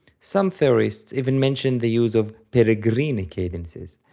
some theorists even mention the use of peregrinae cadences,